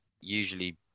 usually